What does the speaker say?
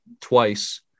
twice